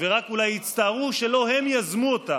ורק אולי יצטערו שלא הם יזמו אותה,